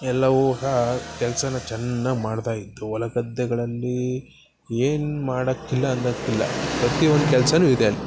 ಎಲ್ಲವೂ ಸಹ ಕೆಲ್ಸ ಚೆನ್ನಾಗ್ ಮಾಡ್ತಾ ಇದ್ವು ಹೊಲ ಗದ್ದೆಗಳಲ್ಲಿ ಏನು ಮಾಡೋಕ್ಕಿಲ್ಲ ಅನ್ನೋಕ್ಕಿಲ್ಲ ಪ್ರತಿ ಒಂದು ಕೆಲ್ಸ ಇದೆ ಅಲ್ಲಿ